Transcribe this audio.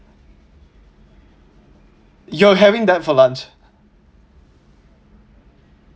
you're having that for lunch